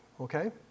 okay